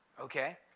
Okay